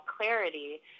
clarity